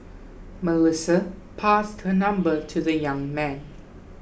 Melissa passed her number to the young man